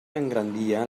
engrandia